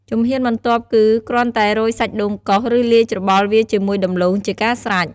ជំហានបន្ទាប់គឺ គ្រាន់តែរោយសាច់ដូងកោស ឬលាយច្របល់វាជាមួយដំឡូង ជាការស្រេច ។